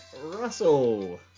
Russell